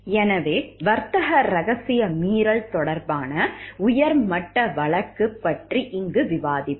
எனவே வர்த்தக ரகசிய மீறல் தொடர்பான உயர்மட்ட வழக்கு பற்றி இங்கு விவாதிப்போம்